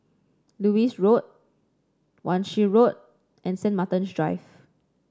Lewis Road Wan Shih Road and Saint Martin's Drive